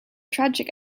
tragic